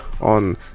on